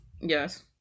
Yes